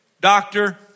doctor